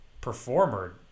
performer